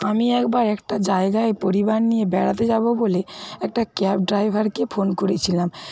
আমি একবার একটা জায়গায় পরিবার নিয়ে বেড়াতে যাব বলে একটা ক্যাব ড্রাইভারকে ফোন করেছিলাম